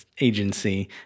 agency